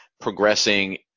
progressing